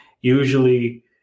usually